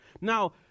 now